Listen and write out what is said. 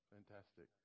Fantastic